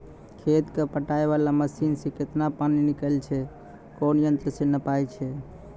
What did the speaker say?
खेत कऽ पटाय वाला मसीन से केतना पानी निकलैय छै कोन यंत्र से नपाय छै